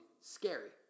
Scary